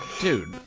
Dude